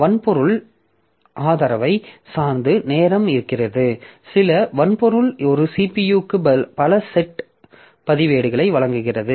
வன்பொருள் ஆதரவைச் சார்ந்து நேரம் இருக்கிறது சில வன்பொருள் ஒரு CPU க்கு பல செட் பதிவேடுகளை வழங்குகிறது